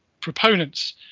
proponents